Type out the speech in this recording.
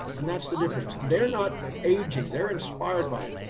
and that's the difference. and they're not aging. they're inspired by it.